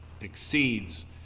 exceeds